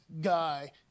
guy